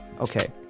Okay